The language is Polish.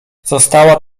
została